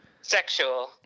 Sexual